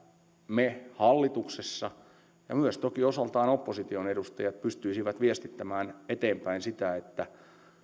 me hallituksessa pystyisimme ja toki osaltaan myös opposition edustajat pystyisivät viestittämään eteenpäin sitä että